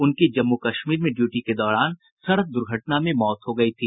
उनकी जम्मू कश्मीर में ड्यूटी के दौरान सड़क दुर्घटना में मौत हो गई थी